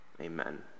amen